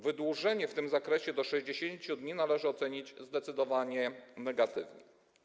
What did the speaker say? Wydłużenie w tym zakresie do 60 dni należy ocenić zdecydowanie negatywnie.